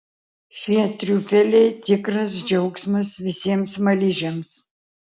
šie triufeliai tikras džiaugsmas visiems smaližiams